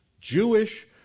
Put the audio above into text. Jewish